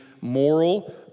moral